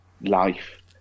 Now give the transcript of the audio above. life